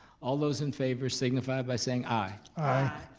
all those in favor, signify by saying aye. aye.